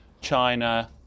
China